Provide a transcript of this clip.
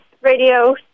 radio